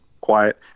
quiet